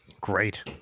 Great